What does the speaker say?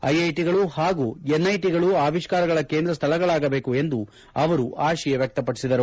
ಐಐಟಿಗಳು ಹಾಗೂ ಎನ್ಐಟಿಗಳು ಅವಿಷ್ಕಾರಗಳ ಕೇಂದ್ರ ಸ್ಥಳಗಳಾಗಬೇಕು ಎಂದು ಅವರು ಆಶಯ ವ್ಯಕ್ತಪಡಿಸಿದರು